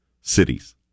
cities